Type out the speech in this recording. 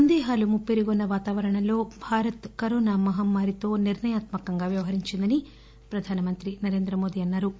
సందేహాలు ముప్పిరిగొన్న వాతావరణంలో భారత్ కరోనా మహమ్మారితో నిర్ణయాత్మ కంగా వ్యవహరించిందని ప్రధానమంత్రి నరేంద్రమోదీ అన్నా రు